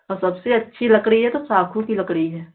और सबसे अच्छी लकड़ी है तो साखू की लकड़ी है